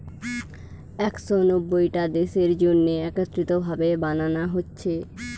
একশ নব্বইটা দেশের জন্যে একত্রিত ভাবে বানানা হচ্ছে